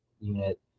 unit